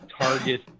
target